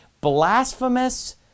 blasphemous